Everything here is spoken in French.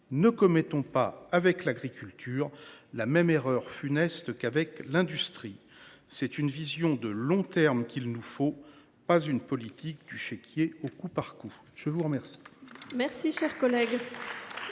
Ne commettons pas avec l’agriculture la même erreur funeste qu’avec l’industrie ! C’est une vision de long terme qu’il nous faut, et pas une « politique du chéquier », au coup par coup. La parole